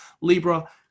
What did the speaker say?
Libra